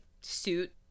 suit